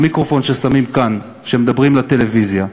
המיקרופון ששמים כאן כשמדברים לטלוויזיה,